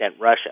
Russia